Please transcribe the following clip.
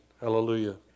Hallelujah